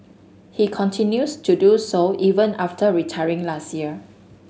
he continues to do so even after retiring last year